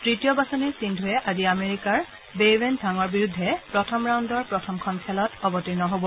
তৃতীয় বাছনিৰ সিন্ধুৱে আজি আমেৰিকাৰ বেইৱেন ঝাঙৰ বিৰুদ্ধে প্ৰথম ৰাউণ্ডৰ প্ৰথমখন খেলত অৱতীৰ্ণ হ'ব